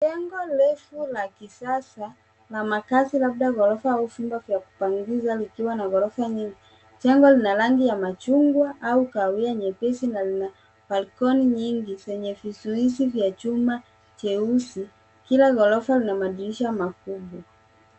Jengo refu la kisasa, na makaazi labda ghorofa au vyumba vya kupangisha vikiwa na ghorofa nyingi. Jengo lina rangi ya machungwa au kahawia nyepesi, na lina balkoni nyingi, zenye vizuizi vya chuma cheusi. Kila ghorofa lina madirisha makubwa.